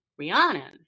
Rihanna